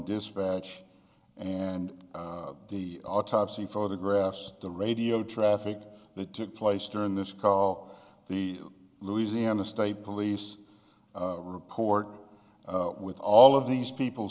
dispatch and the autopsy photographs the radio traffic that took place during this call the louisiana state police report with all of these people